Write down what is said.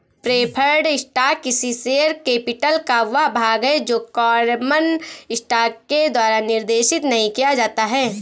preferred stock किसी share capital का वह भाग है जो कॉमन स्टॉक के द्वारा निर्देशित नहीं किया जाता है